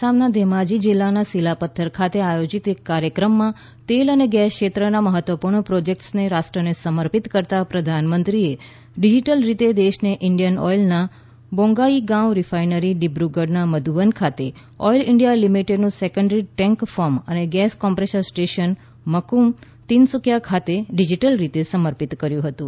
આસામના ઘેમાજી જિલ્લાના સીલાપથર ખાતે આયોજિત એક કાર્યક્રમમાં તેલ અને ગેસ ક્ષેત્રના મહત્વપૂર્ણ પ્રોજેક્ટ્સને રાષ્ટ્રને સમર્પિત કરતાં પ્રધાનમંત્રીએ ડિજિટલ રીતે દેશને ઇન્ડિયન ઓઇલના બોંગાઇગાંવ રિફાઇનરી ડિબ્રુગઢના મધુબન ખાતે ઓઇલ ઇન્ડિયા લિમિટેડનું સેકન્ડરી ટેન્ક ફાર્મ અને ગેસ કોમ્પ્રેસર સ્ટેશન મફ્રમ તિનસુકિયા ખાતે ડિજિટલ રીતે સમર્પિત કર્યું હતું